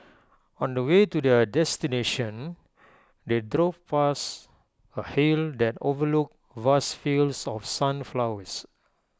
on the way to their destination they drove past A hill that overlooked vast fields of sunflowers